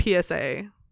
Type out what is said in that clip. PSA